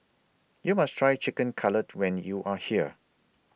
YOU must Try Chicken Cutlet when YOU Are here